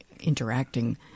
interacting